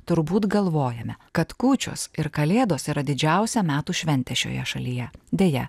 turbūt galvojame kad kūčios ir kalėdos yra didžiausia metų šventė šioje šalyje deja